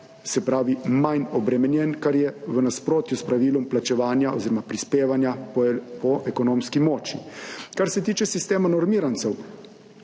se pravi manj obremenjen, kar je v nasprotju s pravilom plačevanja oziroma prispevanja po ekonomski moči. Kar se tiče sistema normirancev,